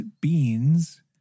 beans